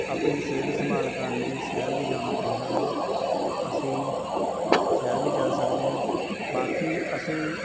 ਆਪਣੀ ਸਿਹਤ ਸੰਭਾਲ ਕਰਨ ਲਈ ਸ਼ਹਿਰ ਵੀ ਜਾਣਾ ਪੈਂਦਾ ਹੈ ਤਾਂ ਅਸੀਂ ਸ਼ਹਿਰ ਵੀ ਜਾ ਸਕਦੇ ਹਾਂ ਬਾਕੀ ਅਸੀਂ